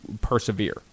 persevere